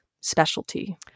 specialty